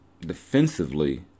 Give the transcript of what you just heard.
defensively